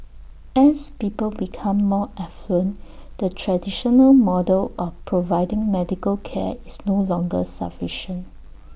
as people become more affluent the traditional model of providing medical care is no longer sufficient